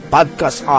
Podcast